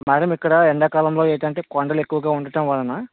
madam ఇక్కడ ఎండాకాలంలో ఏంటంటే కొండలెక్కువగా ఉండటం వలన